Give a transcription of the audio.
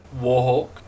Warhawk